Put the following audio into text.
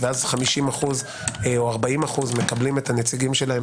ואז 50% או 40% מקבלים את הנציגים שלהם